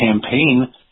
campaign